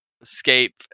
escape